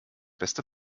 beste